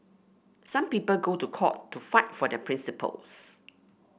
some people go to court to fight for their principles